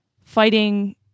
fighting